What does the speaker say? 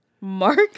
Mark